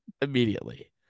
immediately